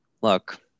look